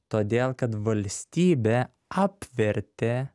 todėl kad valstybė apvertė